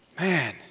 man